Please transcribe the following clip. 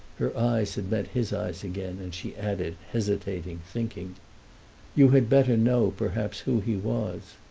her eyes had met his eyes again, and she added, hesitating, thinking you had better know, perhaps, who he was.